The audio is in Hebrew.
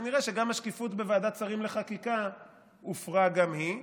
כנראה שהשקיפות בוועדת שרים לחקיקה הופרה גם היא.